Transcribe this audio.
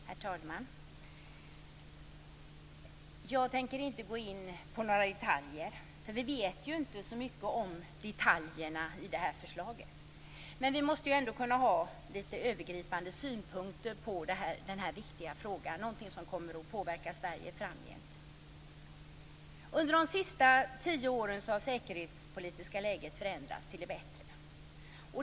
Herr talman! Jag tänker inte gå in på några detaljer, för vi vet ju inte så mycket om detaljerna i det här förslaget. Men vi måste ändå kunna ha lite övergripande synpunkter på den här viktiga frågan, som kommer att påverka Sverige framgent. Under de senaste tio åren har det säkerhetspolitiska läget förändrats till det bättre.